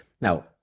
Now